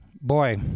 boy